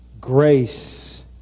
Grace